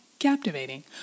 Captivating